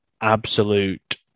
absolute